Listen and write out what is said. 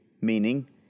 meaning